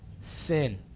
Sin